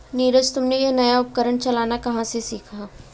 नीरज तुमने यह नया उपकरण चलाना कहां से सीखा?